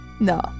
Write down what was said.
No